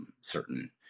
certain